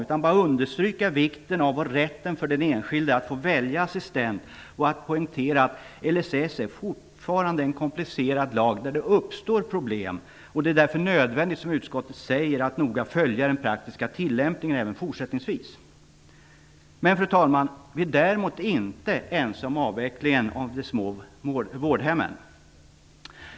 Jag vill bara understryka vikten av och rätten för den enskilde att välja assistent och poängtera att LSS fortfarande är en komplicerad lag, där det uppstår problem. Det är därför, som utskottet säger, nödvändigt att noga följa den praktiska tillämpningen även fortsättningsvis. Däremot är vi inte ense om avvecklingen av de små vårdhemmen.